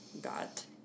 got